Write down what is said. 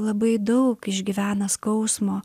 labai daug išgyvena skausmo